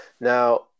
Now